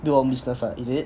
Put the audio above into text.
do your own business what is it